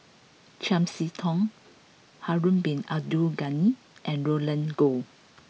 Chiam See Tong Harun bin Abdul Ghani and Roland Goh